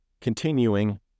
continuing